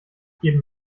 geben